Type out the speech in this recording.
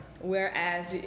Whereas